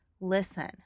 listen